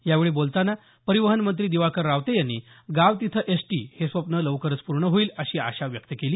यावेळी बोलताना परिवहनमंत्री दिवाकर रावते यांनी गाव तिथं एसटी हे स्वप्न लवकरच पूर्ण होईल अशी आशा व्यक्त केली